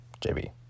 JB